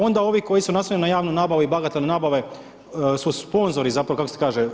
Onda ovi koji su naslonjeni na javnu nabavu i bagatelnu nabave su sponzori, zapravo kako se kaže?